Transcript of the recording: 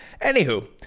anywho